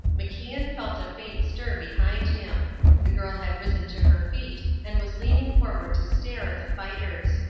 macian felt a faint stir behind him the girl had risen to her feet and was leaning forward to stare at the fighters.